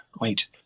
wait